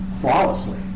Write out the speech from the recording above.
flawlessly